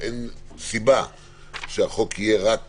שאין סיבה שהחוק יהיה רק